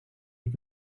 mit